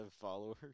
followers